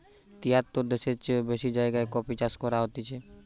তেয়াত্তর দ্যাশের চেও বেশি জাগায় কফি চাষ করা হতিছে